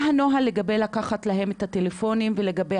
מה הנוהל לגבי זה שלוקחים להם את הטלפונים שלהם?